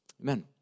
Amen